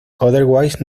otherwise